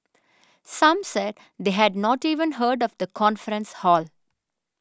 some said they had not even heard of the conference hall